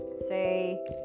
say